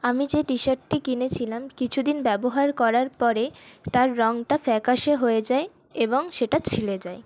আমি যে টি শার্টটি কিনেছিলাম কিছুদিন ব্যবহার করার পরে তার রংটা ফ্যাকাশে হয়ে যায় এবং সেটা ছিঁড়ে যায়